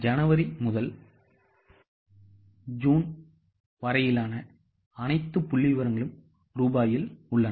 ஜனவரி முதல் ஜூன் வரையிலான அனைத்து புள்ளிவிவரங்களும் ரூபாயில் உள்ளன